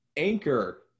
anchor